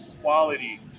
quality